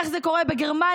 איך זה קורה בגרמניה,